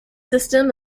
system